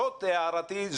זאת הערתי,